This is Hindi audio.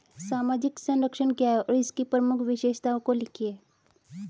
सामाजिक संरक्षण क्या है और इसकी प्रमुख विशेषताओं को लिखिए?